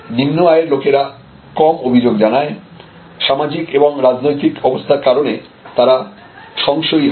নিম্নআয়ের লোকেরা কম অভিযোগ জানায় সামাজিক এবং রাজনৈতিক অবস্থার কারণে তারা সংশয়ী হয়